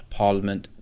parliament